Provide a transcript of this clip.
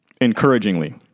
encouragingly